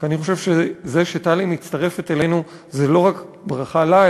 כי אני חושב שזה שטלי מצטרפת אלינו זו לא רק ברכה לה,